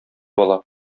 ала